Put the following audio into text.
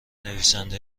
نویسنده